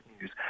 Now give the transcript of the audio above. news